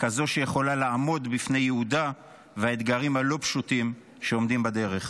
ככזאת שיכולה לעמוד בפני ייעודה והאתגרים הלא-פשוטים שעומדים בדרך.